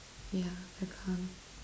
ya they're gone